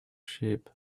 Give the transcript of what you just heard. sheep